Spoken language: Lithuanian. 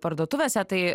parduotuvėse tai